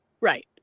Right